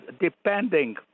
depending